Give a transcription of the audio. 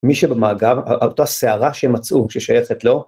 מי שבמאגב, אותה שערה שמצאו, ששייכת לו